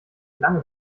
lange